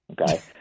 okay